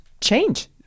change